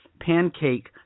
pancake